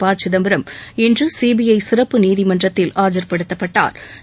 ப சிதம்பரம் இன்று சிபிஐ சிறப்பு நீதிமன்றத்தில் ஆஜா்படுத்தப்பட்டாள்